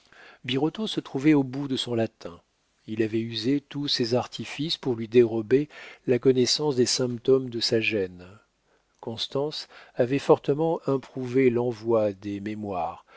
se trouvait au bout de son latin il avait usé tous ses artifices pour lui dérober la connaissance des symptômes de sa gêne constance avait fortement improuvé l'envoi des mémoires